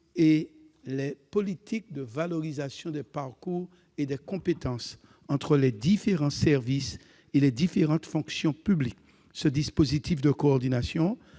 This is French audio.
et les politiques de valorisation des parcours et des compétences entre les différents services et les différentes fonctions publiques. Ce dispositif de coordination